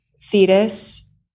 fetus